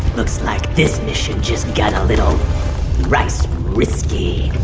looks like this mission just get a little rice risky